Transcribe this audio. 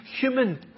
human